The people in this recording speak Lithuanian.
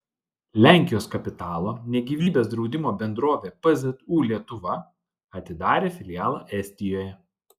lenkijos kapitalo ne gyvybės draudimo bendrovė pzu lietuva atidarė filialą estijoje